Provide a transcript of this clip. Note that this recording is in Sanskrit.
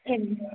एवं